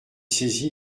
saisi